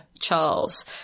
charles